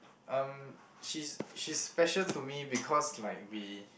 um she's she's special to me because like we